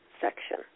section